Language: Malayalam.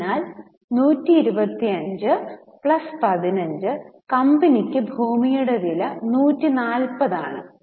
അതിനാൽ 125 പ്ലസ് 15 കമ്പനിക്ക് ഭൂമിയുടെ വില 140 ആണ്